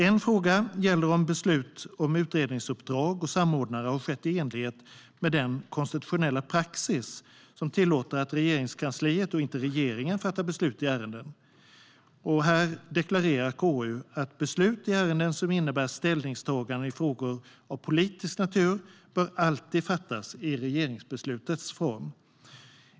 En fråga gäller om beslut om utredningsuppdrag och samordnare har skett i enlighet med den konstitutionella praxis som tillåter att Regeringskansliet och inte regeringen fattar beslut i vissa ärenden. Här deklarerar KU att beslut i ärenden som innebär ställningstaganden i frågor av politisk natur alltid bör fattas i regeringsbeslutets form.